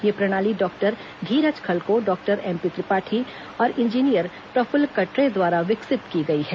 यह प्रणाली डॉक्टर धीरज खलको डॉक्टर एमपी त्रिपाठी और इंजीनियर प्रफुल्ल कटरे द्वारा विकसित की गई है